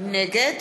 נגד